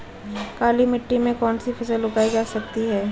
काली मिट्टी में कौनसी फसल उगाई जा सकती है?